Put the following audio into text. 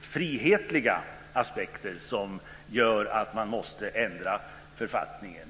frihetliga aspekter som gör att man måste ändra författningen.